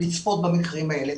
לצפות במקרים האלה.